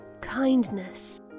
kindness